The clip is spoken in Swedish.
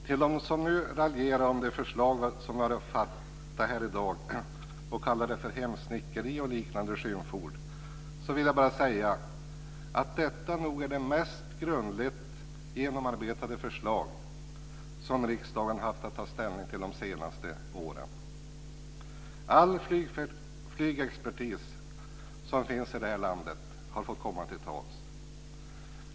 Till dem som nu raljerar över det förslag som vi har att fatta i dag och kallar det för hemsnickeri och liknande skymford vill jag bara säga att detta nog är det mest grundligt genomarbetade förslag som riksdagen har haft att ta ställning till de senaste åren. All flygexpertis som finns i det här landet har fått komma till tals.